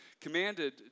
commanded